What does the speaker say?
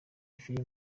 filime